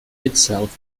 itself